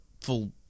full